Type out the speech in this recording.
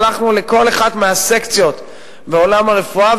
והלכנו לכל אחת מהסקציות בעולם הרפואה,